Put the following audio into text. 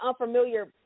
unfamiliar